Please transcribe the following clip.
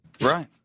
Right